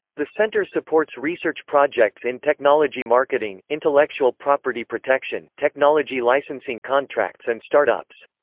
the centre supports research projects in technology marketing, intellectual property protection, technology licensing contracts and start-ups.